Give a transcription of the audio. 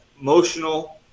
emotional